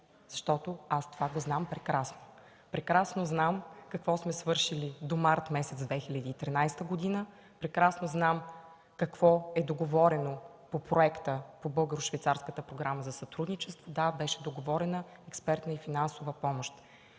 защото аз това го знам прекрасно. Прекрасно знам какво сме свършили до месец март 2013 г. Прекрасно знам какво е договорено по проекта по Българо-швейцарската програма за сътрудничество. Да, беше договорена експертна и финансова помощ.